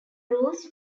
rules